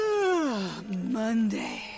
Monday